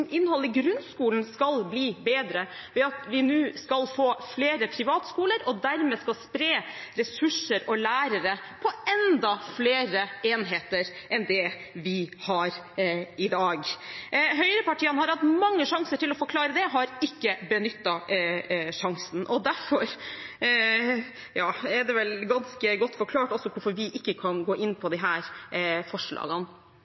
innholdet i grunnskolen skal bli bedre ved at vi nå skal få flere privatskoler, og dermed skal spre ressurser og lærere på enda flere enheter enn vi har i dag. Høyrepartiene har hatt mange sjanser til å forklare det, men har ikke benyttet sjansene, og derfor er det vel også ganske godt forklart hvorfor vi ikke kan gå inn for disse forslagene. Vi har heller ikke fått noe svar på